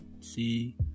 see